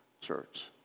church